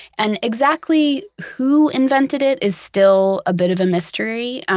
and exactly who invented it is still a bit of a mystery.